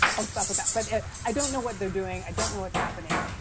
i'll stop with that. but, yeah i don't know what they're doing. i don't know what's happening